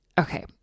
okay